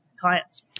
clients